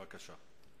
בבקשה.